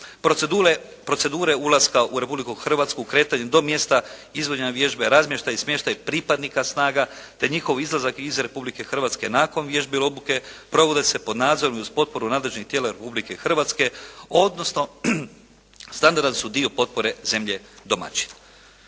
Procedure ulaska u Republiku Hrvatsku, kretanje do mjesta izvođenja vježbe, razmještaj i smještaj pripadnika snaga te njihov izlazak iz Republike Hrvatske nakon vježbi obuke provode se pod nadzorom uz potporu nadležnih tijela Republike Hrvatske, odnosno standardan su dio potpore zemlje domaćina.